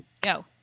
Go